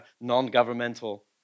non-governmental